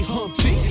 Humpty